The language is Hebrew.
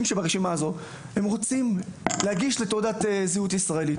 שברשימה הזאת רוצים להגיש בקשה לתעודת זהות ישראלית,